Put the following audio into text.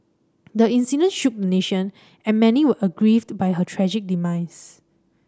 the incident shook the nation and many were aggrieved by her tragic demise